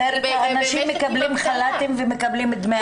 אחרת אנשים מקבלים חל"ת ומקבלים דמי אבטלה.